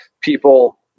people